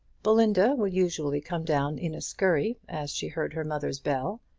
belinda would usually come down in a scurry as she heard her mother's bell,